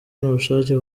n’ubushake